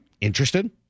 Interested